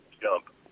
jump